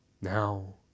Now